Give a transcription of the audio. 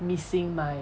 missing my